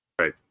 Right